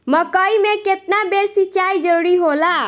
मकई मे केतना बेर सीचाई जरूरी होला?